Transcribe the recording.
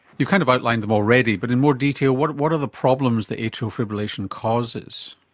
you've kind of outlined them already, but in more detail what what are the problems that atrial fibrillation causes?